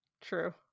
true